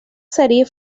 serie